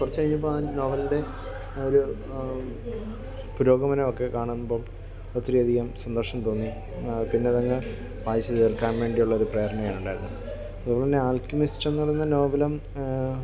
കുറച്ച് കഴിയുമ്പോൾ ആ നോവൽന്റെ ഒരു പുരോഗമനമൊക്കെ കാണുമ്പോൾ ഒത്തിരി അധികം സന്തോഷം തോന്നി ആ പിന്നതങ്ങ് വായിച്ച് തീർക്കാൻ വേണ്ടിയുള്ളൊരു പ്രേരണയാണുണ്ടായിരുന്നത് അതുപോലെ തന്നെ ആൽക്കെമിസ്റ്റെന്ന് പറയുന്ന നോവലും